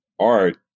art